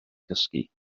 gysgu